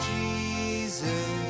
Jesus